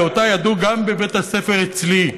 ואותה ידעו גם בבית הספר אצלי,